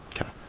Okay